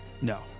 No